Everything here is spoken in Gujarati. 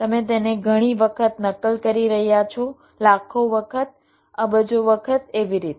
તમે તેને ઘણી વખત નકલ કરી રહ્યા છો લાખો વખત અબજો વખત એવી રીતે